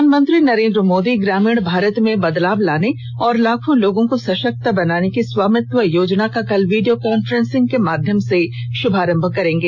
प्रधानमंत्री नरेन्द्र मोदी ग्रामीण भारत में बदलाव लाने और लाखों लोगों को सशक्त बनाने की स्वामित्व योजना का कल वीडियो कांफ्रेंसिंग के माध्यम से शुभारभ करेंगे